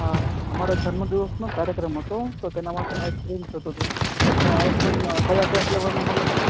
હા અમારા જન્મદિવસનો કાર્યક્રમ હતો તો તેના માટે આઇસ્ક્રીમ જોઈતો હતો તમારે આઇસ્ક્રીમ કયા કયા ફ્લેવરના મળે છે